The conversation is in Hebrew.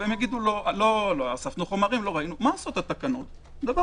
הם יגידו: אספנו חומרים - התקנות אומרות דבר